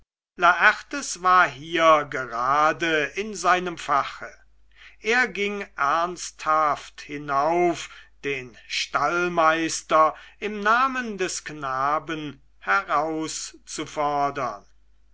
laertes war hier grade in seinem fache er ging ernsthaft hinauf den stallmeister im namen des knaben herauszufordern